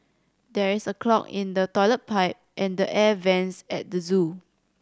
there is a clog in the toilet pipe and the air vents at the zoo